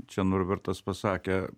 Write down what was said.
čia norbertas pasakė